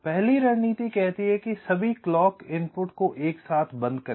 पहली रणनीति कहती है कि सभी क्लॉक इनपुट को एक साथ बंद करें